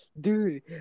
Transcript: Dude